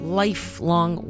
lifelong